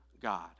God